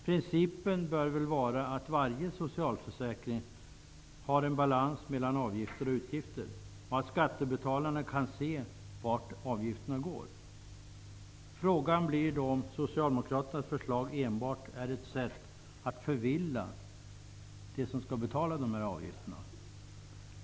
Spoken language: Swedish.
Principen bör väl vara att varje socialförsäkring har en balans mellan avgifter och utgifter och att skattebetalarna kan se vart avgifterna tar vägen. Frågan blir då om Socialdemokraternas förslag enbart är ett sätt att förvilla dem som skall betala avgifterna.